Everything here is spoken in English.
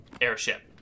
airship